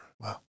Wow